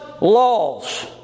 laws